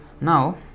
Now